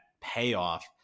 payoff